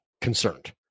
concerned